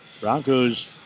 Broncos